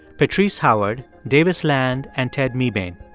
patrice howard, davis land and ted mebane.